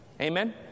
Amen